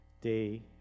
day